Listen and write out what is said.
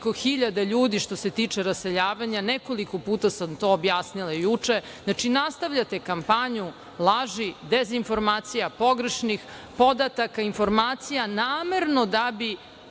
nekoliko hiljada ljudi što se tiče raseljavanja, nekoliko puta sam to objasnila juče. Znači, nastavljate kampanju laži, dezinformacija, pogrešnih podataka, informacija, namerno da bi